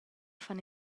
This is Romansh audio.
fan